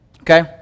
Okay